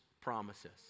promises